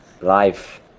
Life